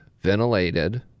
ventilated